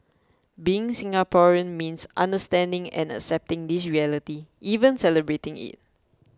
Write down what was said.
being Singaporean means understanding and accepting this reality even celebrating it